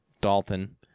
Dalton